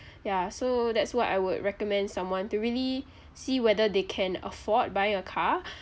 ya so that's what I would recommend someone to really see whether they can afford buying a car